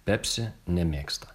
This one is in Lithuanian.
pepsi nemėgsta